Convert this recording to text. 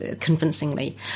convincingly